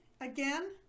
again